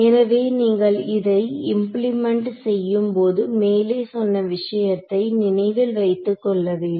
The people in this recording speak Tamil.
எனவே நீங்கள் இதை இம்பிளிமெண்ட் செய்யும்போது மேலே சொன்ன விஷயத்தை நினைவில் வைத்துக் கொள்ள வேண்டும்